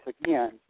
again